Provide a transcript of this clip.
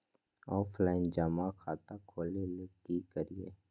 Offline जमा खाता खोले ले की करिए?